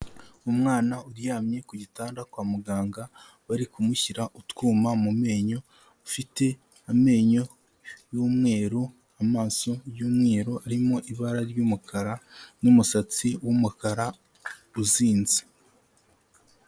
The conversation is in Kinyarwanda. Umwana uryamye ku gitanda kwa muganga bari kumushyira utwuma mu menyo, ufite amenyo y'umweru, amaso y'umweru arimo ibara ry'umukara n'umusatsi w'umukara uzinze.